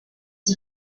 die